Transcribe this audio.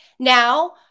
Now